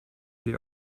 die